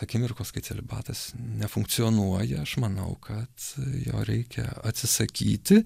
akimirkos kai celibatas nefunkcionuoja aš manau kad jo reikia atsisakyti